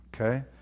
Okay